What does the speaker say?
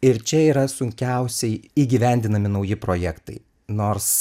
ir čia yra sunkiausiai įgyvendinami nauji projektai nors